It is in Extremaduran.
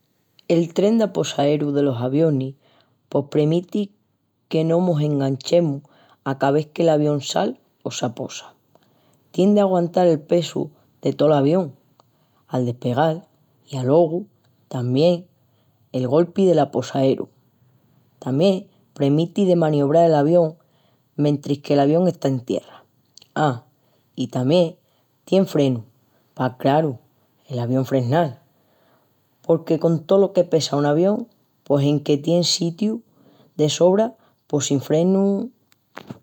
El tren d'aposaeru delos avionis pos premiti que no mos eschanguemus a ca ves que l'avión sal o s'aposa. Tien d'aguantal el pesu de tol avión al despegal i alogu tamién el golpi del aposaeru. Tamién premiti de maniobral el avión mentris que l'avión está en tierra. A, i tamién tien fresnus pa, craru, l'avión fresnal porque con tolo que pesa un avión pos enque tien sitiu de sobra pos sin fresnus...